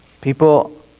People